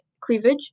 cleavage